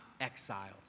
exiles